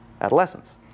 adolescents